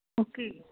okay